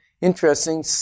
interesting